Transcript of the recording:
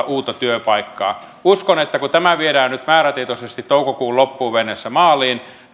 uutta työpaikkaa uskon että kun tämä viedään nyt määrätietoisesti toukokuun loppuun mennessä maaliin